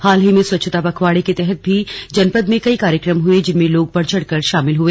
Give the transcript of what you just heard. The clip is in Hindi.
हाल ही में स्वच्छता पखवाड़े के तहत भी जनपद में कई कार्यक्रम हुए जिसमें लोग बढ़चढ़कर शामिल हुए